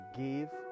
give